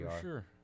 sure